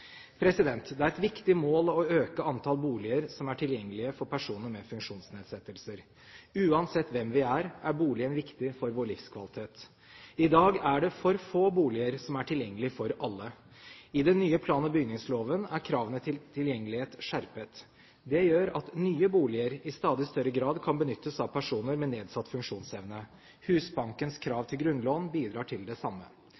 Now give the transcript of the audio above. vedtak. Det er et viktig mål å øke antall boliger som er tilgjengelige for personer med funksjonsnedsettelser. Uansett hvem vi er, er boligen viktig for vår livskvalitet. I dag er det for få boliger som er tilgjengelig for alle. I den nye plan- og bygningsloven er kravene til tilgjengelighet skjerpet. Det gjør at nye boliger i stadig større grad kan benyttes av personer med nedsatt funksjonsevne. Husbankens